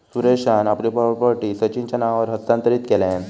सुरेशान आपली प्रॉपर्टी सचिनच्या नावावर हस्तांतरीत केल्यान